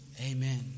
Amen